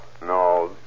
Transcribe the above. No